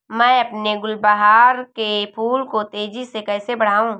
मैं अपने गुलवहार के फूल को तेजी से कैसे बढाऊं?